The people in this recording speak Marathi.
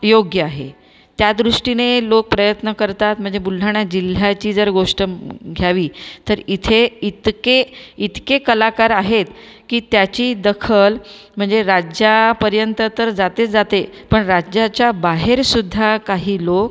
योग्य आहे त्या दृष्टीने लोक प्रयत्न करतात म्हणजे बुलढाणा जिल्ह्याची जर गोष्ट घ्यावी तर इथे इतके इतके कलाकार आहेत की त्याची दखल म्हणजे राज्यापर्यंत तर जातेच जाते पण राज्याच्या बाहेरसुद्धा काही लोक